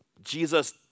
Jesus